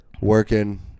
Working